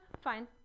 fine